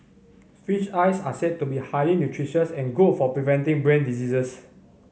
fish eyes are said to be highly nutritious and good for preventing brain diseases